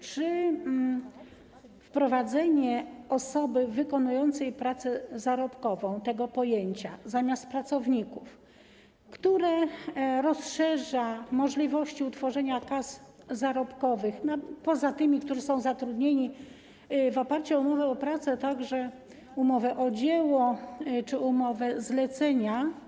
Chodzi o wprowadzenie osoby wykonującej pracę zarobkową, tego pojęcia, zamiast pracowników, które rozszerza możliwości utworzenia kas zarobkowych, poza tymi, którzy są zatrudnieni w ramach umowy o pracę, umowy o dzieło czy umowy zlecenia.